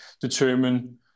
determine